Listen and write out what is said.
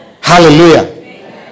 Hallelujah